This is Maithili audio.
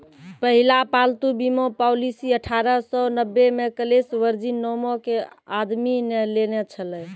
पहिला पालतू बीमा पॉलिसी अठारह सौ नब्बे मे कलेस वर्जिन नामो के आदमी ने लेने छलै